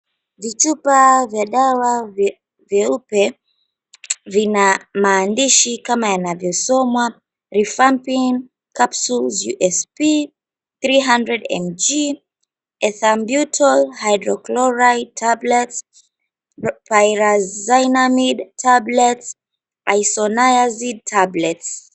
Vichupa vya dawa vyeupe vina maandishi kama yanavyosomwa Refampin Capsules USP 300mg, Etham buetol hydrocloride Tablets, Phyrazamid Tablets, Isoniazid Tablets